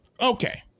Okay